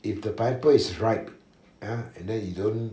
if the pineapple is ripe ya and then you don't